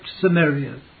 Samaria